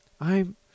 I'm